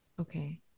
Okay